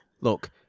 look